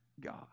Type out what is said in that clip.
God